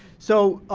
so